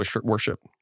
worship